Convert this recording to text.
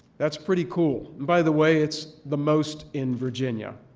that's pretty cool. by the way, it's the most in virginia.